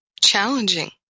challenging